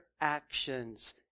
actions